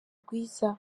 rwiza